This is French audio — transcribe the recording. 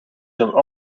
comme